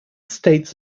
states